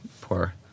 poor